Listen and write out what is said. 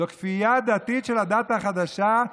זאת כפייה דתית של הדת החדשה,